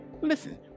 Listen